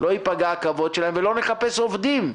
לא ייפגע הכבוד שלהן ולא נחפש עובדים,